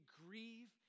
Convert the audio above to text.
grieve